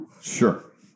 Sure